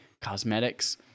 cosmetics